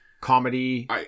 comedy